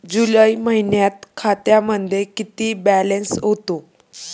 जुलै महिन्यात खात्यामध्ये किती बॅलन्स होता?